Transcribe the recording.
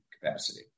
capacity